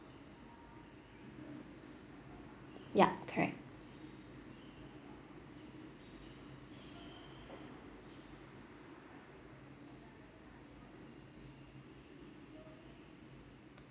yup correct